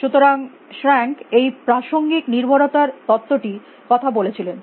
সুতরাং স্রাঁক এই প্রাসঙ্গিক নির্ভরতার তত্ত্বটির কথা বলেছিলেন